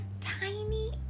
tiny